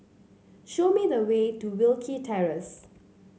show me the way to Wilkie Terrace